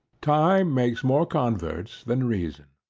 time makes more converts than reason.